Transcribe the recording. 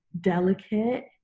delicate